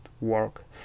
work